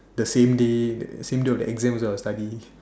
the same day the same day of the exam is our study